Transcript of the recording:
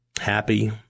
happy